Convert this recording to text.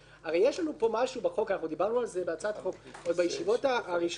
דיברנו עוד בישיבות הראשונות,